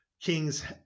kings